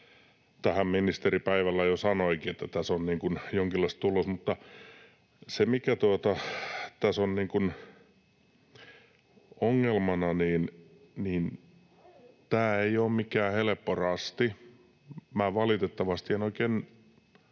Tähän ministeri päivällä jo sanoikin, että tähän on jonkinlaista tulossa. Se, mikä tässä on ongelmana, on se, että tämä ei ole mikään helppo rasti. Minä valitettavasti en oikein